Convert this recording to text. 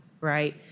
right